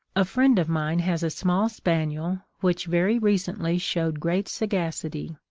a friend of mine has a small spaniel, which very recently showed great sagacity.